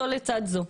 זו לצד זו.